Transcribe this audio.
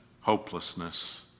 hopelessness